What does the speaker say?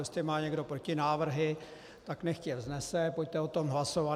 Jestli má někdo protinávrhy, nechť je vznese, pojďte o tom hlasovat.